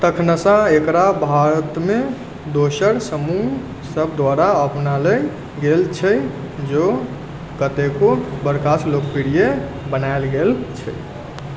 तखनसँ एकरा भारतमे दोसर समूह सभ द्वारा अपनाएल गेल छै जो कतेको बरखसँ लोकप्रिय बनाएल गेल छै